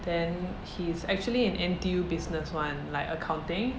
then he's actually in N_T_U business one like accounting